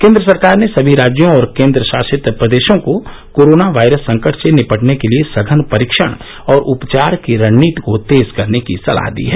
केन्द्र सरकार ने सभी राज्यों और केन्द्र शासित प्रदेशों को कोरोना वायरस संकट से निपटने के लिए सघन परीक्षण और उपचार की रणनीति को तेज करने की सलाह दी है